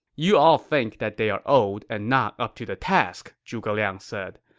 you all think that they're old and not up to the task, zhuge liang said.